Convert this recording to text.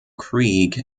creek